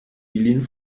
ilin